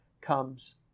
comes